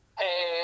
hey